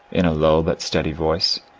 in a low but steady voice.